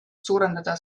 suurendada